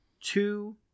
two